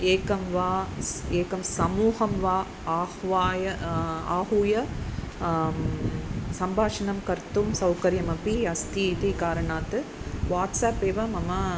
एकं वा स् एकं समूहं वा आह्वाय आहूय सम्भाषणं कर्तुं सौकर्यमपि अस्ति इति कारणात् वाट्साप् एव मम